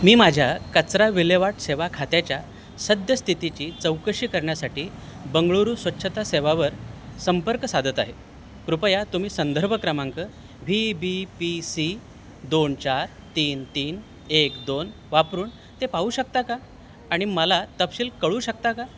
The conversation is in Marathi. मी माझ्या कचरा विल्हेवाट सेवा खात्याच्या सद्यस्थितीची चौकशी करण्यासाठी बंगळुरू स्वच्छता सेवावर संपर्क साधत आहे कृपया तुम्ही संदर्भ क्रमांक व्ही बी पी सी दोन चार तीन तीन एक दोन वापरून ते पाहू शकता का आणि मला तपशील कळवू शकता का